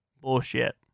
bullshit